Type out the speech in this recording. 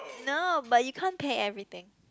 no but you can't pay everything